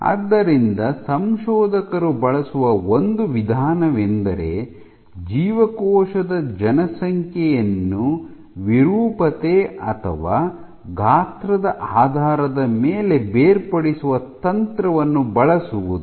ಆದ್ದರಿಂದ ಸಂಶೋಧಕರು ಬಳಸುವ ಒಂದು ವಿಧಾನವೆಂದರೆ ಜೀವಕೋಶದ ಜನಸಂಖ್ಯೆಯನ್ನು ವಿರೂಪತೆ ಅಥವಾ ಗಾತ್ರದ ಆಧಾರದ ಮೇಲೆ ಬೇರ್ಪಡಿಸುವ ತಂತ್ರವನ್ನು ಬಳಸುವುದು